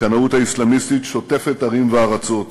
הקנאות האסלאמיסטית שוטפת ערים וארצות.